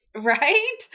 Right